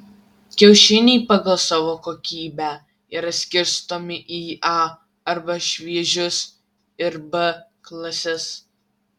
kiaušiniai pagal savo kokybę yra skirstomi į a arba šviežius ir b klases